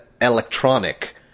electronic